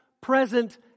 present